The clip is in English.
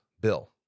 bill